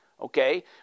okay